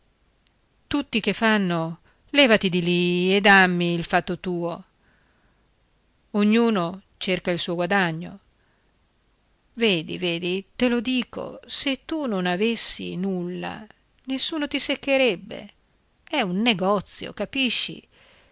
tutti che fanno levati di lì e dammi il fatto tuo ognuno cerca il suo guadagno vedi vedi te lo dico se tu non avessi nulla nessuno ti seccherebbe è un negozio capisci